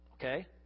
Okay